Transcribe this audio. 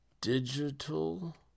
digital